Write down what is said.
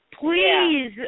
Please